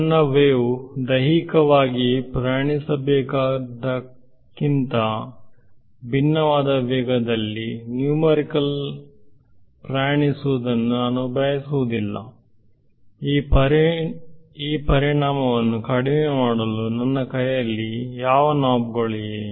ನನ್ನ ವೇವ್ ದೈಹಿಕವಾಗಿ ಪ್ರಯಾಣಿಸಬೇಕಾದದ್ದಕ್ಕಿಂತ ಭಿನ್ನವಾದ ವೇಗದಲ್ಲಿ ನ್ಯೂಮರಿಕಲ್ ಪ್ರಯಾಣಿಸುವುದನ್ನು ನಾನು ಬಯಸುವುದಿಲ್ಲ ಈ ಪರಿಣಾಮವನ್ನು ಕಡಿಮೆ ಮಾಡಲು ನನ್ನ ಕೈಯಲ್ಲಿ ಯಾವ ನೋಬ್ಗಳಿವೆ